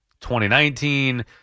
2019